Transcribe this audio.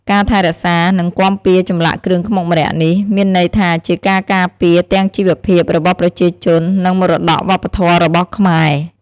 ការថែរក្សា និងគាំពារចម្លាក់គ្រឿងខ្មុកម្រ័ក្សណ៍នេះ មានន័យថាជាការការពារទាំងជីវភាពរបស់ប្រជាជន និងមរតកវប្បធម៌របស់ខ្មែរ។